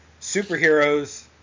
superheroes